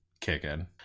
kicking